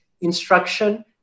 instruction